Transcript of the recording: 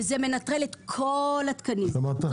וזה מנטרל את כל התקנים.